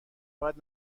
باید